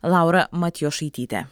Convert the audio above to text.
laura matjošaityte